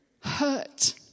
hurt